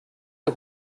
der